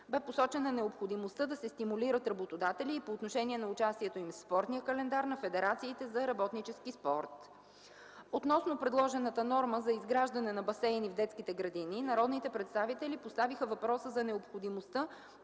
Бе посочена необходимостта да се стимулират работодатели и по отношение на участието им в спортния календар на федерациите за работнически спорт. Относно предложената норма за изграждане на басейни в детските градини, народните представители поставиха въпроса за необходимостта